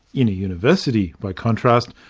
in a university, by contrast,